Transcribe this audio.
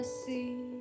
see